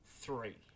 three